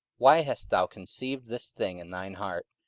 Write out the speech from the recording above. why hast thou conceived this thing in thine heart?